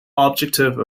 objective